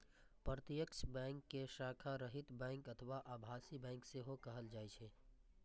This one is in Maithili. प्रत्यक्ष बैंक कें शाखा रहित बैंक अथवा आभासी बैंक सेहो कहल जाइ छै